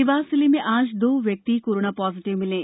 देवास जिले में आज दो व्यक्ति कोरोना पॉजिटिव मिले